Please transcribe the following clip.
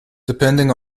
depending